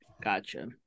Gotcha